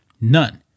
None